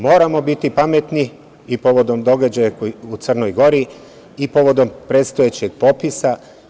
Moramo biti pametni i povodom događaja u Crnoj Gori i povodom predstojećeg popisa.